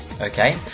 Okay